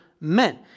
men